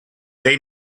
they